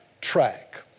track